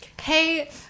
Hey